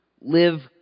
live